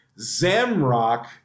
Zamrock